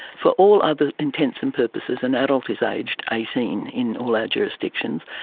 for all other intents and purposes an adult is aged eighteen in all our jurisdictions,